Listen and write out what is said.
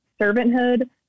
servanthood